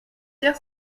hier